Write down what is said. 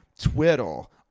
Twiddle